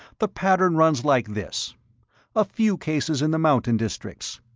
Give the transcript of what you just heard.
the pattern runs like this a few cases in the mountain districts,